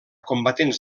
combatents